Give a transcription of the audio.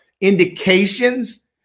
indications